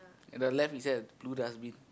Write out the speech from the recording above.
at the left is there a blue dustbin